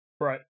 right